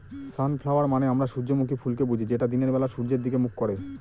sunflower মানে আমরা সূর্যমুখী ফুলকে বুঝি যেটা দিনের বেলা সূর্যের দিকে মুখ করে